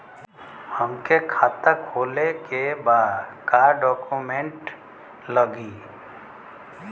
हमके खाता खोले के बा का डॉक्यूमेंट लगी?